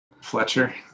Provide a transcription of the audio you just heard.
Fletcher